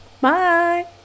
bye